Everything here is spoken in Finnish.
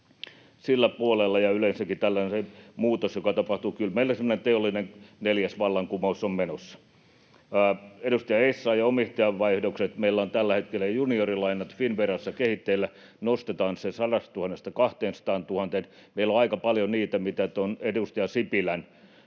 sillä puolella, ja yleensäkin tällä alalla se muutos, joka tapahtuu — kyllä meillä semmoinen teollinen neljäs vallankumous on menossa. Edustaja Essayah, omistajanvaihdokset: Meillä on tällä hetkellä juniorilainat Finnverassa kehitteillä, nostetaan se 100 000:sta 200 000:een. Meillä on aika paljon niitä, mitä edustaja Sipilän